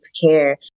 care